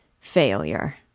Failure